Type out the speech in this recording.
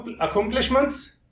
accomplishments